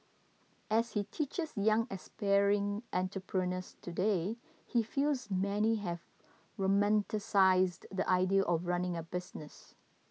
as he teaches young aspiring entrepreneurs today he feels many have romanticised the idea of running a business